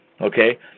Okay